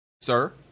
Sir